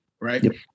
Right